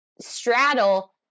straddle